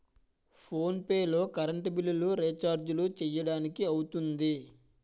phone pay లో current బిల్లులు, రిచార్జీలు చేయడానికి అవుతుంది